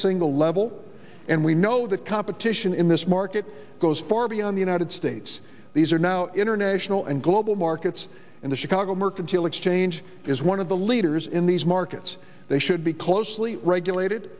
single level and we know that competition in this market goes far beyond the united states these are now international and global markets and the chicago mercantile exchange is one of the leaders in these markets they should be closely regulated